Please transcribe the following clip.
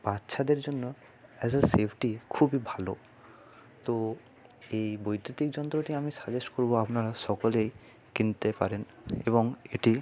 বাচ্ছাদের জন্য as a safety খুবই ভালো তো এই বৈদ্যুতিক যন্ত্রটি আমি সাজেস্ট করবো আপনারা সকলেই কিনতে পারেন এবং এটি